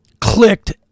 clicked